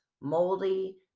moldy